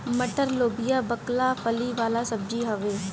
मटर, लोबिया, बकला फली वाला सब्जी हवे